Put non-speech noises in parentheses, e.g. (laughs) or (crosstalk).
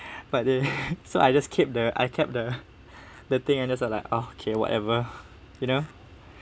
(laughs) but they (laughs) so I just keep the I kept the (laughs) the thing and then I was like okay whatever you know